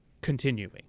continuing